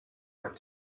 went